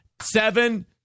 Seven